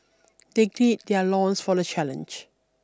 they gird their loins for the challenge